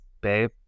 babe